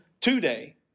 today